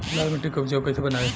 लाल मिट्टी के उपजाऊ कैसे बनाई?